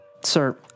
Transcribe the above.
Sir